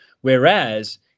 Whereas